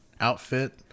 outfit